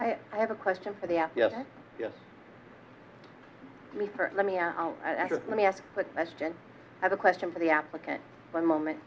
i have a question for the ask yes yes let me let me ask question i have a question for the applicant one moment